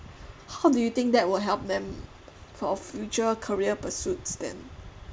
how do you think that will help them for future career pursuits then